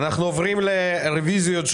אתם רואים ירידה באחוז הגמלאות מעבר למה